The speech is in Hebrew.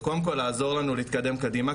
וקודם כל לעזור לנו להתקדם קדימה,